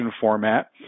format